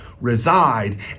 reside